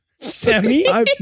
Semi